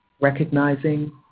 recognizing